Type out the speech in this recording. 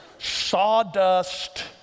sawdust